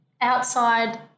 Outside